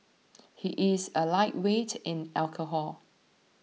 he is a lightweight in alcohol